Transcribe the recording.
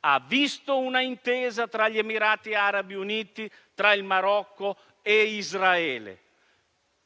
ha visto una intesa tra gli Emirati Arabi Uniti, il Marocco e Israele.